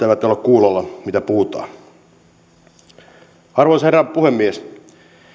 eivät ole kuulolla mitä puhutaan arvoisa herra puhemies